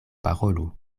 parolu